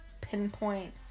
pinpoint